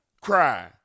cry